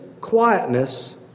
quietness